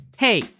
Hey